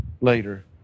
later